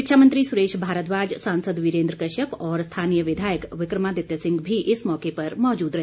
शिक्षामंत्री सुरेश भारद्वाज सांसद वीरेन्द्र कश्यप और स्थानीय विधायक विक्रमादित्य सिंह भी इस मौके पर मौजूद रहे